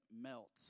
melt